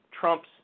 Trump's